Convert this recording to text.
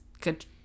good